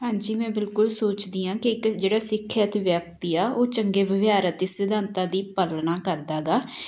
ਹਾਂਜੀ ਮੈਂ ਬਿਲਕੁਲ ਸੋਚਦੀ ਹਾਂ ਕਿ ਇੱਕ ਜਿਹੜਾ ਸਿੱਖਿਅਤ ਵਿਅਕਤੀ ਆ ਉਹ ਚੰਗੇ ਵਿਵਹਾਰ ਅਤੇ ਸਿਧਾਂਤਾਂ ਦੀ ਪਾਲਣਾ ਕਰਦਾ ਗਾ